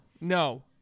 no